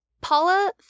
Paula